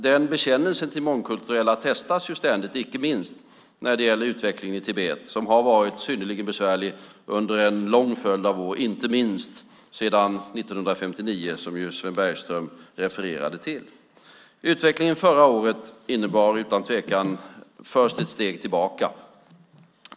Den bekännelsen till det mångkulturella testas ju ständigt, inte minst när det gäller utvecklingen i Tibet som har varit synnerligen besvärlig under en lång följd av år, inte minst sedan 1959 som Sven Bergström refererade till. Utvecklingen förra året innebar utan tvekan först ett steg tillbaka.